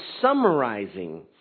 summarizing